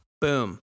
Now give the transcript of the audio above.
Boom